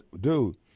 Dude